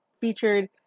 featured